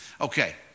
Okay